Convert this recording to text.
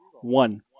one